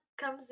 comes